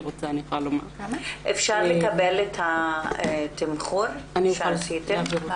אפשר להעביר אלינו את התמחור שעשיתם?